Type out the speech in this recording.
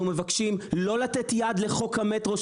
אנחנו מבקשים לא לתת יד לחוק המטרו,